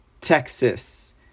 Texas